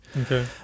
Okay